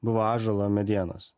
buvo ąžuolo medienos